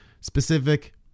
specific